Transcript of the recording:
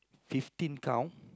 fifteen count